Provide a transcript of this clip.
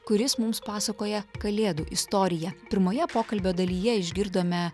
kuris mums pasakoja kalėdų istoriją pirmoje pokalbio dalyje išgirdome